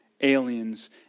aliens